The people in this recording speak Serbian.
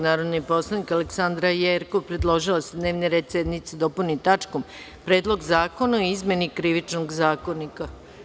Narodni poslanik Aleksandra Jerkov predložila je da se dnevni red sednice dopuni tačkom – Predlog zakona o izmeni Krivičnog zakonika.